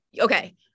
Okay